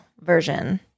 version